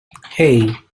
hey